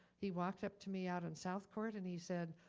he walked up to me out in south court and he said,